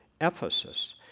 Ephesus